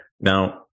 Now